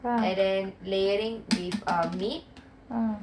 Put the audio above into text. and then layering with uh meat